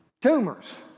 Tumors